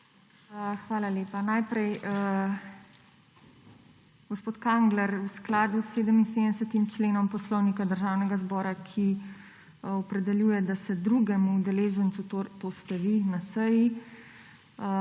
Hvala lepa. Najprej, gospod Kangler, v skladu s 77. členom Poslovnika Državnega zbora, ki opredeljuje, da se drugemu udeležencu, to ste vi, na seji,